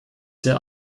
der